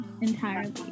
entirely